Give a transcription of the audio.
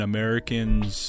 Americans